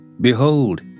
Behold